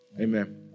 Amen